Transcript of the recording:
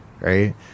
right